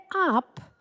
up